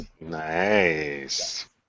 Nice